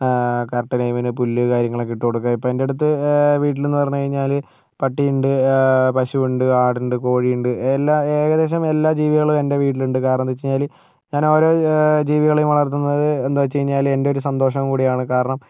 correct ടൈംമിനു പുല്ല് കാര്യങ്ങളൊക്കെ ഇട്ടു കൊടുക്കുക ഇപ്പോൾ എൻ്റെ അടുത്ത് വീട്ടിലെന്നു പറഞ്ഞു കഴിഞ്ഞാൽ പട്ടിയുണ്ട് പശുവുണ്ട് ആടുണ്ട് കോഴിയുണ്ട് എല്ലാം ഏകദേശം എല്ലാ ജീവികളും എൻ്റെ വീട്ടിലുണ്ട് കാരണമെന്താ വച്ചു കഴിഞ്ഞാൽ ഞാൻ ഓരോ ജീവികളെയും വളർത്തുന്നത് എന്താ വച്ചു കഴിഞ്ഞാൽ എന്റെയൊരു സന്തോഷം കൂടിയാണ് കാരണം